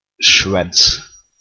shreds